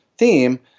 theme